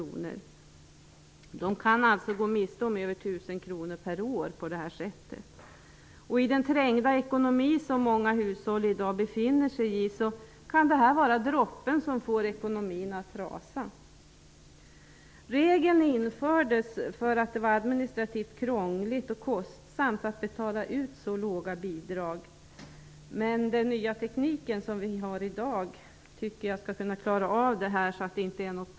På det här sättet kan de alltså gå miste om över 1 000 kr per år. I den trängda ekonomi som många hushåll i dag befinner sig i kan detta vara droppen som får ekonomin att rasa. Regeln infördes därför att det var administrativt krångligt och kostsamt att betala ut så låga bidrag. Men med den nya teknik som vi har i dag borde det inte vara några problem att klara av detta.